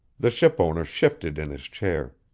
the ship owner shifted in his chair.